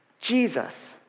Jesus